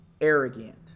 arrogant